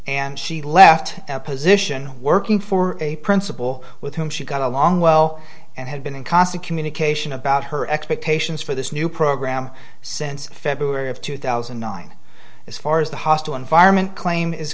and she left a position working for a principal with whom she got along well and had been in constant communication about her expectations for this new program since february of two thousand and nine as far as the hostile environment claim is